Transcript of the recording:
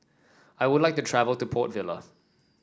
I would like to travel to Port Vila